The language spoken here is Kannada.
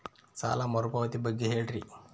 ಸಾಲ ಮರುಪಾವತಿ ಬಗ್ಗೆ ಹೇಳ್ರಿ?